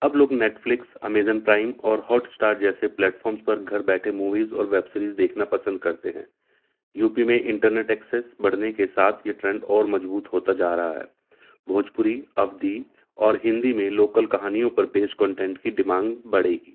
اب لو Netflix Amazon Prime اور ہاٹ اسٹار جیسے پلیٹفارمس پر گھر بیٹھے موویز اور ویب سیریز دیکھنا پسند کرتے ہیں یو پی میں انٹرنیٹ ایکسیس بڑھنے کے ساتھ یہ ٹرینڈ اور مجبوط ہوتا جا رہا ہے بھوجپورریی افدی اور ہندی میں لوکل کہانیوں پر بیج کنٹینٹ کی ڈیمانگ بڑھے گی